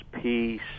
peace